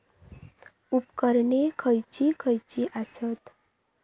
उपकरणे खैयची खैयची आसत?